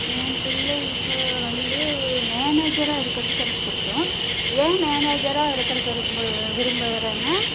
என் பிள்ளைகள் வந்து மேனேஜராக இருக்கிறதுக்கு எனக்கு பிடிக்கும் ஏன் மேனேஜரா இருக்கிறதுக்கு எனக்கு விரும்புகிறேன்னால்